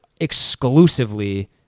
exclusively